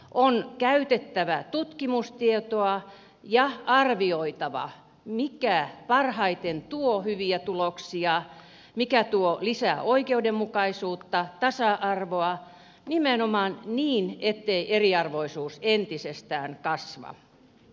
on käytettävä tutkimustietoa ja arvioitava mikä parhaiten tuo hyviä tuloksia mikä tuo lisää oikeudenmukaisuutta tasa arvoa nimenomaan niin ettei eriarvoisuus entisestään kasva